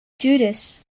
Judas